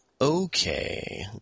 Okay